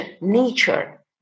nature